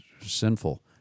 sinful